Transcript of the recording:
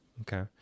Okay